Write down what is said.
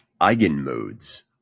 eigenmodes